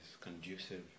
conducive